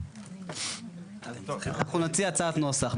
אנחנו נציע הצעת נוסח.